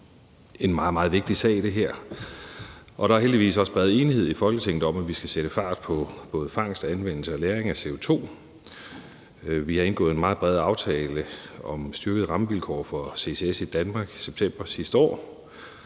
en meget, meget vigtig sag, og der er heldigvis også bred enighed i Folketinget om, at vi skal sætte fart på både fangst, anvendelse og lagring af CO2. Vi har indgået en meget bred aftale om styrkede rammevilkår for ccs i Danmark i september sidste år,